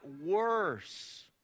worse